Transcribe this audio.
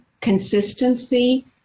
consistency